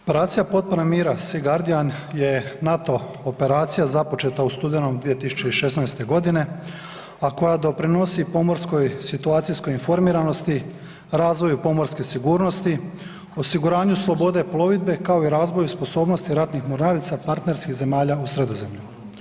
Operacija potpore miru „Sea guardian“ je NATO operacija započeta u studenom 2016. g. a koja doprinosi pomorskoj situacijskoj informiranosti, razvoju pomorske sigurnosti, osiguranju slobode plovidbe kao i razvoju sposobnosti ratnih mornarica partnerskih zemalja u Sredozemlju.